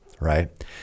right